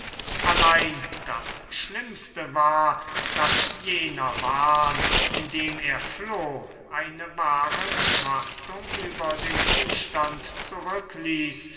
allein das schlimmste war daß jener wahn indem er floh eine wahre betrachtung über den zustand zurückließ